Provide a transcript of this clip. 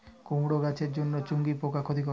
কুমড়ো গাছের জন্য চুঙ্গি পোকা ক্ষতিকর?